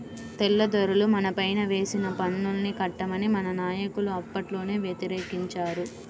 తెల్లదొరలు మనపైన వేసిన పన్నుల్ని కట్టమని మన నాయకులు అప్పట్లోనే వ్యతిరేకించారు